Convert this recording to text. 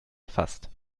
erfasst